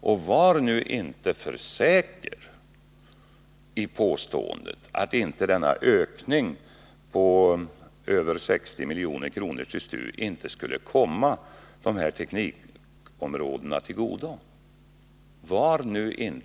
Och var nu inte för säker i påståendet att denna ökning på över 60 miljoner till STU inte skulle komma de här teknikområdena till godo!